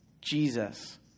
Jesus